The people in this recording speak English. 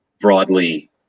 Broadly